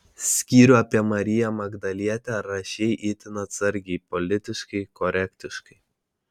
skyrių apie mariją magdalietę rašei itin atsargiai politiškai korektiškai